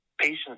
patients